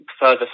further